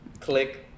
Click